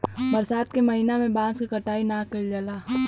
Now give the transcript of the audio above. बरसात के महिना में बांस क कटाई ना कइल जाला